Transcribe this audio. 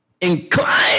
Incline